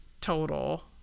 total